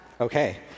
Okay